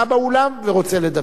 אדוני היושב-ראש,